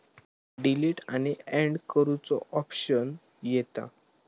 delete आणि अँड करुचो ऑप्शन येता